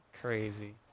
Crazy